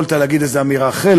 יכולת להגיד איזו אמירה אחרי.